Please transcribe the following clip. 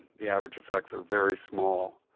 the average effects are very small.